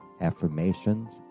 affirmations